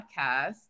Podcast